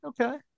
okay